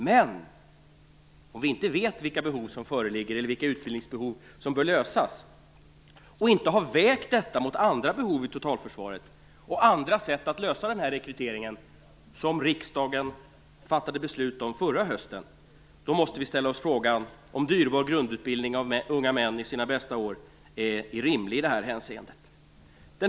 Men om vi inte vet vilka behov som föreligger eller vilka utbildningsbehov som bör lösas och inte har vägt detta mot andra behov i totalförsvaret och andra sätt att lösa den rekrytering som riksdagen fattade beslut om förra hösten, då måste vi ställa oss frågan om dyrbar grundutbildning av unga män i sina bästa år är rimlig i det här hänseendet.